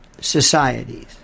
societies